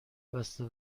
بسته